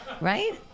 right